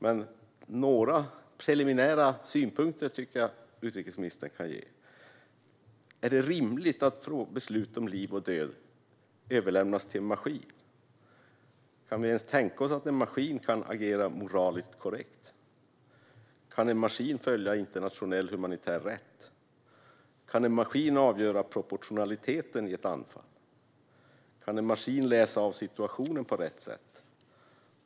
Men några preliminära synpunkter tycker jag att utrikesministern kan ge. Är det rimligt att beslut om liv och död överlämnas till en maskin? Kan vi ens tänka oss att en maskin kan agera moraliskt korrekt? Kan en maskin följa internationell humanitär rätt? Kan en maskin avgöra proportionaliteten i ett anfall? Kan en maskin läsa av situationen på rätt sätt?